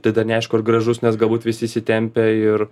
tai dar neaišku ar gražus nes galbūt visi įsitempę ir